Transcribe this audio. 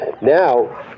Now